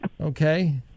Okay